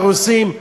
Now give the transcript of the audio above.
במגרש-הרוסים,